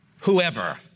whoever